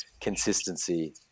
consistency